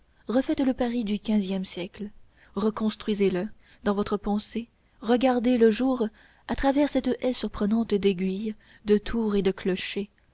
refaites le paris du quinzième siècle reconstruisez le dans votre pensée regardez le jour à travers cette haie surprenante d'aiguilles de tours et de clochers